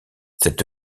cette